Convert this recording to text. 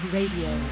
Radio